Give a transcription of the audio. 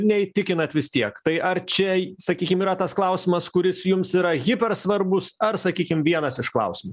neįtikinat vis tiek tai ar čia sakykim yra tas klausimas kuris jums yra hyper svarbus ar sakykim vienas iš klausimų